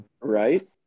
right